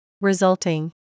Resulting